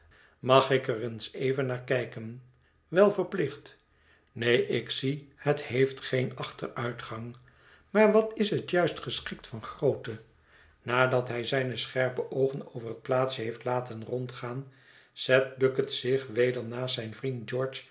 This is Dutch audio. mag ik er eens even naar kijken wel verplicht neen ik zie het heeft geen achteruitgang maar wat is het juist geschikt van grootte nadat hij zijne scherpe oogen over het plaatsje heeft laten rondgaan zet bucket zich weder naast zijn vriend